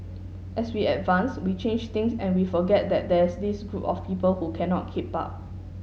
as we advance we change things and we forget that there's this group of people who cannot keep up